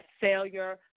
failure